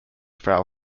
foul